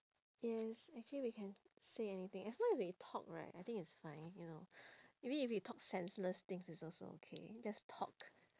yes actually we can say anything as long as we talk right I think it's fine you know maybe if we talk senseless things it's also okay just talk